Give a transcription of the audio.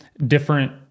different